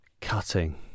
cutting